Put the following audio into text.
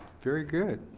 very good.